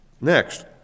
Next